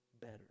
better